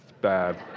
bad